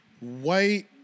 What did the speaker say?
white